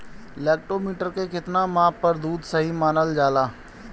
Lactometer के कितना माप पर दुध सही मानन जाला?